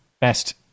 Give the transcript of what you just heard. best